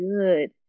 good